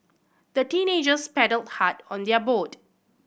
the teenagers paddled hard on their boat